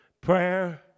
prayer